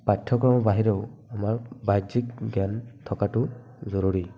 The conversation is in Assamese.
পাঠ্যক্ৰমৰ বাহিৰেও আমাৰ বাহ্যিক জ্ঞান থকাটো জৰুৰী